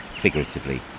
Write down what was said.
figuratively